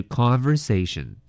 conversation